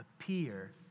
appear